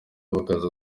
bakaza